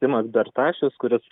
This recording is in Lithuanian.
simas bertašius kuris